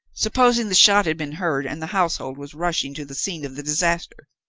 supposing the shot had been heard, and the household was rushing to the scene of the disaster?